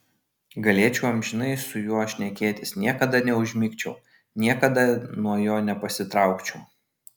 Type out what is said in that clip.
galėčiau amžinai su juo šnekėtis niekada neužmigčiau niekada nuo jo nepasitraukčiau